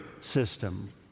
system